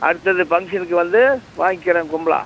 அடுத்தது ஃபங்க்ஷனுக்கு வந்து வாங்கிக்கிறேன் கும்பலாக